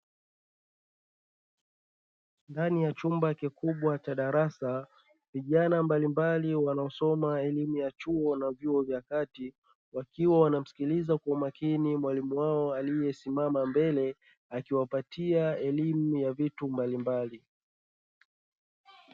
Ndani ya chumba kikubwa cha darasa, vijana mbalimbali wanaosoma elimu ya chuo na vyuo vya kati wakiwa wanamsikiliza kwa makini mwalimu wao aliyesimama mbele akiwapatia elimu ya vitu mbalimbali.